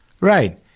Right